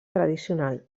tradicional